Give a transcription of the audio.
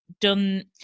done